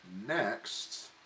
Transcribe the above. next